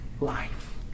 life